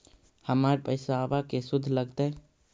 हमर पैसाबा के शुद्ध लगतै?